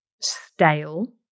stale